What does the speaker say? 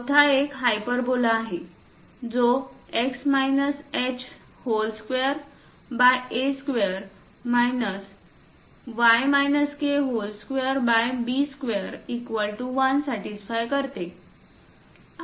चौथा एक हायपरबोला आहे जो x h2a2 y k2b21 satisfy करतो